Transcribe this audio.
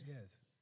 Yes